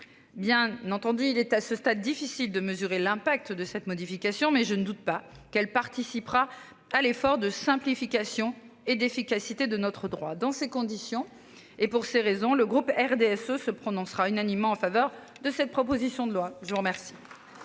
Bien entendu, il est à ce stade. Difficile de mesurer l'impact de cette modification mais je ne doute pas qu'elle participera à l'effort de simplification et d'efficacité de notre droit dans ces conditions et pour ces raisons, le groupe RDSE se prononcera unanimement en faveur de cette proposition de loi, je vous remercie.